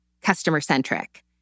customer-centric